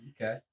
Okay